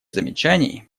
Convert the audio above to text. замечаний